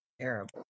Terrible